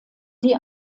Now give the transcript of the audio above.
die